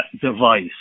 device